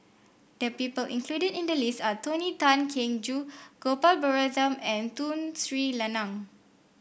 the people included in the list are Tony Tan Keng Joo Gopal Baratham and Tun Sri Lanang